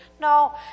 No